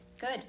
Good